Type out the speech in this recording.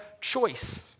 choice